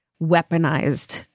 weaponized